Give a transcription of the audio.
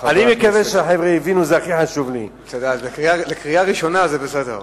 אני מקווה שהחבר'ה הבינו, זה הכי חשוב לי.